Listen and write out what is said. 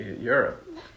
europe